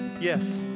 Yes